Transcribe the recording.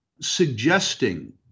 suggesting